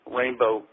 rainbow